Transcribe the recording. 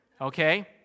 okay